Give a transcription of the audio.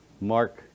Mark